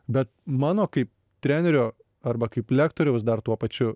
bet mano kai trenerio arba kaip lektoriaus dar tuo pačiu